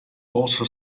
also